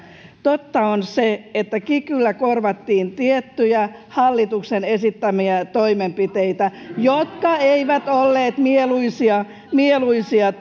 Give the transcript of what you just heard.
totta on se että kikyllä korvattiin tiettyjä hallituksen esittämiä toimenpiteitä jotka eivät olleet mieluisia mieluisia